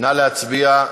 נא להצביע.